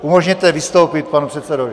Umožněte vystoupit panu předsedovi.